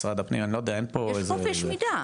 משרד הפנים --- יש חופש מידע.